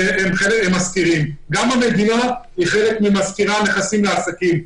גם המדינה משכירה נכסים לעסקים,